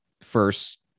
first